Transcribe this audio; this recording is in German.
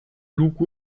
luke